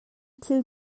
thil